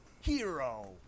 Hero